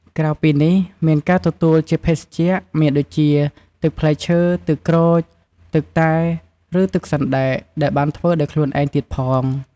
ក្រៅពីនេះ មានការទទួលជា ភេសជ្ជៈ មានដូចជា ទឹកផ្លែឈើ ទឹកក្រូច ទឹកតែ ឬទឹកសណ្ដែក ដែលបានធ្វើដោយខ្លូនឯងទៀតផង។